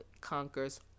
conquers